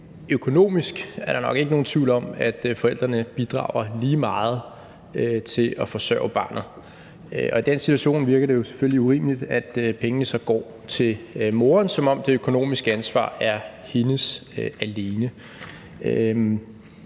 økonomisk er der nok ikke nogen tvivl om, at forældrene bidrager lige meget til at forsørge barnet, og i den situation virker det selvfølgelig urimeligt, at pengene så går til moren, som om det økonomiske ansvar er hendes alene.